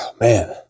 Man